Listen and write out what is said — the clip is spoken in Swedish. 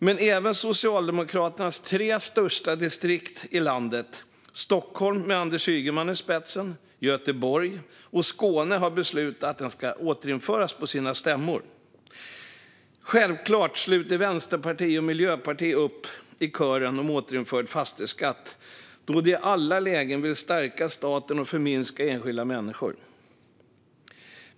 Men även Socialdemokraternas tre största distrikt i landet, Stockholm med Anders Ygeman i spetsen, Göteborg och Skåne har på sina stämmor beslutat att fastighetsskatten ska återinföras. Självklart sluter Vänsterpartiet och Miljöpartiet upp i kören om återinförd fastighetsskatt, då de i alla lägen vill stärka staten och förminska enskilda människor.